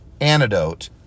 antidote